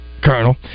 Colonel